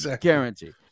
guarantee